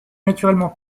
naturellement